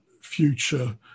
future